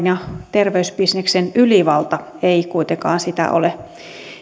ja terveysbisneksen ylivalta ei kuitenkaan sitä ole